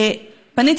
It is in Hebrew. פניתי